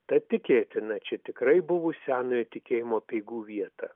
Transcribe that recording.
tad tikėtina čia tikrai buvu senojo tikėjimo apeigų vieta